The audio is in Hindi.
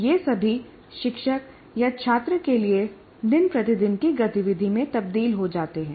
ये सभी शिक्षक या छात्र के लिए दिन प्रतिदिन की गतिविधि में तब्दील हो जाते हैं